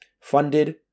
funded